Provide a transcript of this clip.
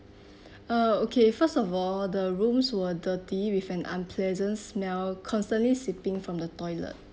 uh okay first of all the rooms were dirty with an unpleasant smell constantly seeping from the toilet